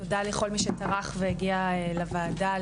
תודה לכל מי שטרח והגיע לוועדה,